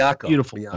beautiful